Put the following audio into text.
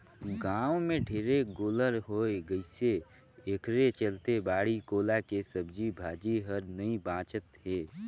गाँव में ढेरे गोल्लर होय गइसे एखरे चलते बाड़ी कोला के सब्जी भाजी हर नइ बाचत हे